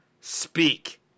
speak